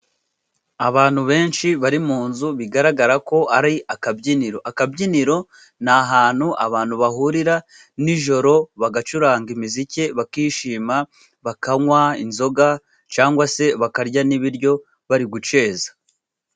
Abantu benshi bari mu nzu, bigaragara ko ari akabyiniro. akabyiniro ni ahantu abantu bahurira n'ijoro bagacuranga imiziki, bakishima bakanywa inzoga cyangwa se bakarya n'ibiryo bari guceza.